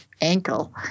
ankle